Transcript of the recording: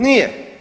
Nije.